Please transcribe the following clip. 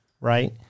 right